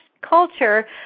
culture